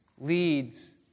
leads